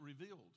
revealed